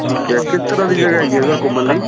ਠੀਕ ਐ ਕਿਸ ਤਰ੍ਹਾਂ ਦੀ ਜਗ੍ਹਾ ਹੈਗੀ ਐ ਸਰ ਘੁੰਮਣ ਲਈ